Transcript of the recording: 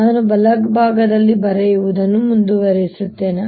ನಾನು ಬಲಭಾಗದಲ್ಲಿ ಬರೆಯುವುದನ್ನು ಮುಂದುವರಿಸುತ್ತೇನೆ